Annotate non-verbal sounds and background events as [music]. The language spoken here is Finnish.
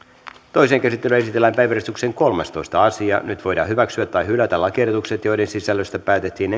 toiseen käsittelyyn esitellään päiväjärjestyksen kolmastoista asia nyt voidaan hyväksyä tai hylätä lakiehdotukset joiden sisällöstä päätettiin [unintelligible]